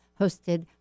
hosted